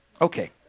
Okay